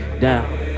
down